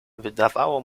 wydawało